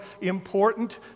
important